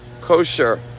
kosher